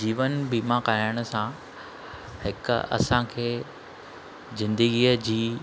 जीवन बीमा कराइण सां हिकु असांखे ज़िंदगीअ जी